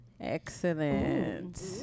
Excellent